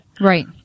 Right